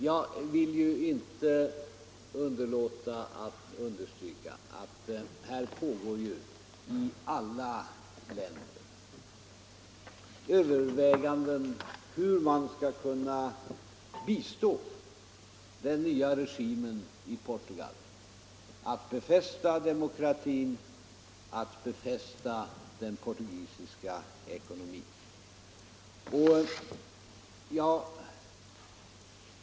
Jag vill inte underlåta att understryka att det i alla länder pågår överväganden om hur man skall kunna bistå den nya regimen i Portugal att befästa demokratin och förstärka den portugisiska ekonomin.